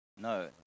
No